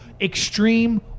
Extreme